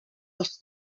els